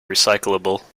recyclable